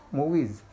movies